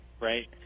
Right